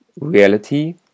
reality